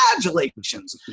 Congratulations